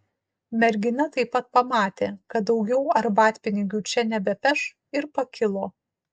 mergina taip pat pamatė kad daugiau arbatpinigių čia nebepeš ir pakilo